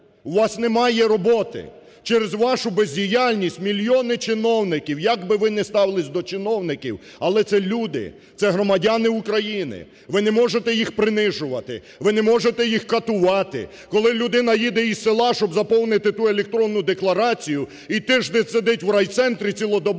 У вас немає роботи. Через вашу бездіяльність мільйони чиновників, як би ви не ставились до чиновників, але це люди, це громадяни України. Ви не можете їх принижувати, ви не можете їх катувати. Коли людина їде із села, щоб заповнити ту електронну декларацію і тиждень сидить в райцентрі, цілодобово